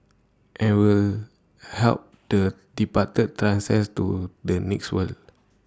and we help the departed transcend to the next world